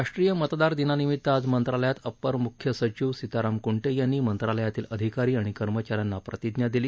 राष्ट्रीय मतदार दिनानिमित्त आज मंत्रालयात अप्पर मुख्य सचिव सीताराम कुंटे यांनी मंत्रालयातील अधिकारी आणि कर्मचाऱ्यांना प्रतिज्ञा दिली